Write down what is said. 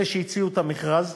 אלה שהציעו את המכרז,